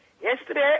Yesterday